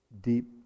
deep